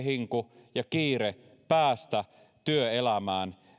hinku ja kiire päästä työelämään